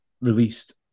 released